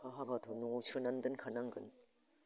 अखा हाबाथ' न'आव सोनानै दोनखानांगोन